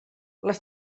les